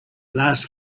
last